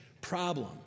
problem